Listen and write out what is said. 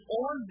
on